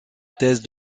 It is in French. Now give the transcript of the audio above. thèse